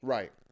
Right